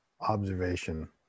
observation